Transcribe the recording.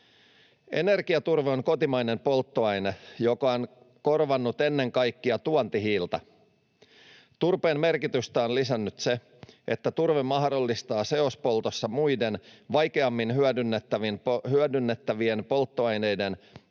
Energiaturve on kotimainen polttoaine, joka on korvannut ennen kaikkea tuontihiiltä. Turpeen merkitystä on lisännyt se, että turve mahdollistaa seospoltossa muiden, vaikeammin hyödynnettävien polttoaineiden,